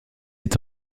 est